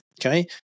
Okay